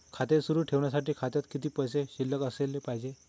खाते सुरु ठेवण्यासाठी खात्यात किती पैसे शिल्लक असले पाहिजे?